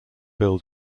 bill